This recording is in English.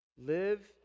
Live